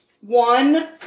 one